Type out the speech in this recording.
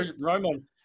Roman